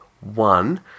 one